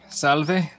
Salve